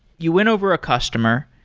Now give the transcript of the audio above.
you win over a customer,